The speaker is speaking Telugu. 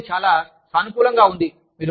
ఏదో అది చాలా సానుకూలంగా ఉంది